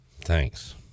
thanks